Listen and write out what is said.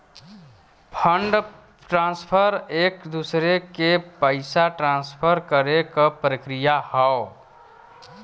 fund transfer एक दूसरे के पइसा ट्रांसफर करे क प्रक्रिया हौ